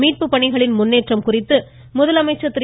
மீட்பு பணிகளின் முன்னேற்றம் குறித்து முதலமைச்சர் திரு